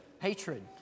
hatred